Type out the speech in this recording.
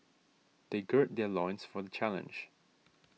they gird their loins for the challenge